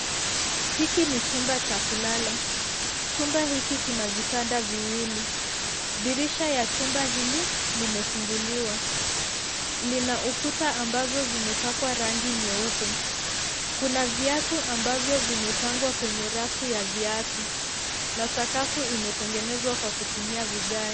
Hiki ni chumba cha kulala. Chumba hiki kina vitanda viwili. Dirisha ya chumba hili limefunguliwa. Lina ukuta ambazo zimepakwa rangi nyeupe. Kuna viatu ambavyo vimepangwa kwenye rafu ya viatu na sakafu imetengenezwa kwa kutumia vigae.